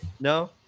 No